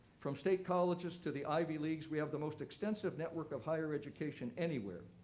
from state colleges to the ivy leagues, we have the most extensive network of higher education anywhere.